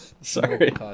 Sorry